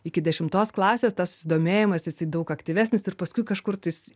iki dešimtos klasės tas susidomėjimas jisai daug aktyvesnis ir paskui kažkur tais